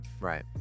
Right